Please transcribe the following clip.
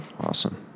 Awesome